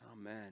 Amen